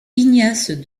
ignace